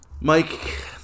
mike